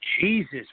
Jesus